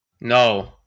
No